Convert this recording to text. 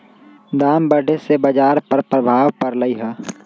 दाम बढ़े से बाजार पर प्रभाव परलई ह